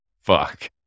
Fuck